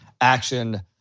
action